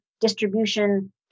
distribution